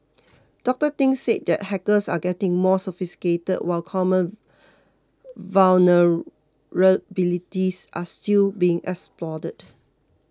Doctor Thing said that hackers are getting more sophisticated while common vulnerabilities are still being exploited